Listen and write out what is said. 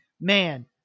man